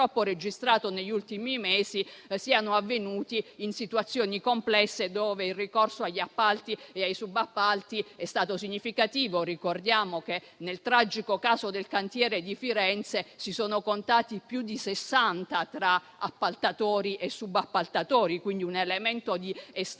registrato negli ultimi mesi, siano avvenuti in situazioni complesse, dove il ricorso agli appalti e ai subappalti era stato significativo. Ricordiamo che nel tragico caso del cantiere di Firenze si sono contati più di sessanta tra appaltatori e subappaltatori, quindi vi era un elemento di estrema